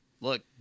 Look